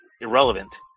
irrelevant